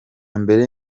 mbere